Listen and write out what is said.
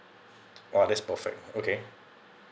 !wah! that's perfect okay